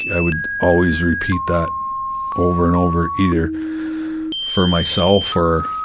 i would always repeat that over and over, either for myself or,